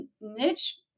niche